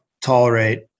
tolerate